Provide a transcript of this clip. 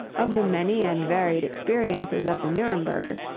of the many and varied experiences of the nuremberger,